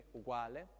uguale